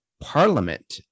parliament